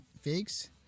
figs